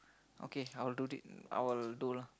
okay I'll do it I'll do lah